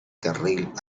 carril